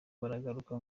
barahaguruka